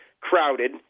crowded